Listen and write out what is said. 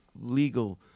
legal